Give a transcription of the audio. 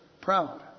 proud